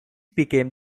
became